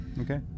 Okay